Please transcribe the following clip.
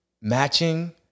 matching